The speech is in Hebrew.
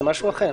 זה משהו אחר.